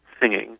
singing